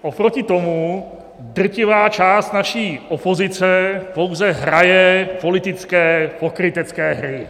Oproti tomu drtivá část naší opozice pouze hraje politické pokrytecké hry.